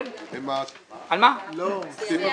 אני עובר